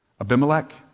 Abimelech